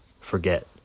forget